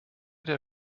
der